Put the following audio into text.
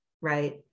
right